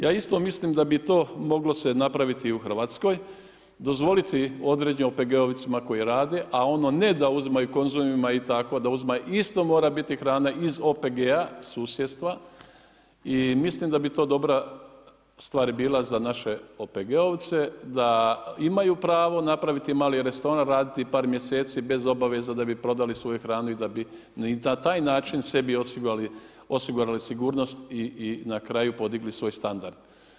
Ja isto mislim da bi to moglo se napraviti i u Hrvatskoj, dozvoliti određenim OPG-ovcima koji rade, a ono ne da uzimaju u Konzumima i tako, da uzima, isto mora biti hrana iz OPG-a susjedstva i mislim da bi to dobra stvar bila za naše OPG-ovce, da imaju pravo napraviti mali restoran, raditi par mjeseci bez obaveza da bi prodali svoju hranu i da bi na taj način sebi osigurali sigurnost i na kraju podigli svoj standard.